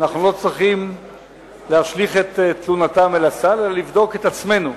אנחנו לא צריכים להשליך את תלונתם אל הסל אלא לבדוק את עצמנו,